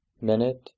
minute